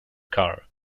car